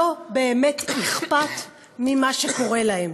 לא באמת אכפת ממה שקורה להם.